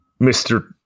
mr